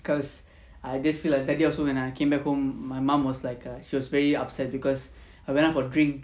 cause I just feel like that day or so when I came back home my mum was like err she was very upset because I went out for drink